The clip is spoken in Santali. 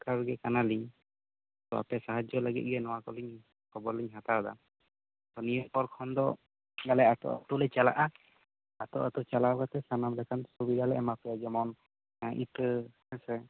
ᱳᱭᱟᱨᱠᱟᱨ ᱜᱮ ᱠᱟᱱᱟ ᱞᱤᱧ ᱟᱯᱮ ᱥᱟᱦᱟᱡᱡᱚ ᱞᱟᱹᱜᱤᱫ ᱜᱮ ᱱᱚᱶᱟ ᱠᱚᱞᱤᱧ ᱠᱷᱚᱵᱚᱨ ᱞᱤᱧ ᱦᱟᱛᱟᱣ ᱮᱫᱟ ᱛᱳ ᱱᱤᱭᱟᱹ ᱯᱚᱨ ᱠᱷᱚᱱ ᱫᱚ ᱵᱚᱞᱮ ᱟᱹᱛᱩ ᱟᱹᱛᱩ ᱞᱮ ᱪᱟᱞᱟᱜᱼᱟ ᱟᱹᱛᱩ ᱟᱹᱛᱩ ᱪᱟᱞᱟᱣ ᱠᱟᱛᱮ ᱥᱟᱱᱟᱢ ᱞᱮᱠᱟᱱ ᱥᱩᱵᱤᱫᱟ ᱞᱮ ᱮᱢᱟ ᱯᱮᱭᱟ ᱡᱮᱢᱚᱱ ᱤᱛᱟᱹ ᱦᱮᱸᱥᱮ